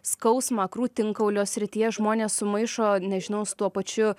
skausmą krūtinkaulio srityje žmonės sumaišo nežinau su tuo pačiu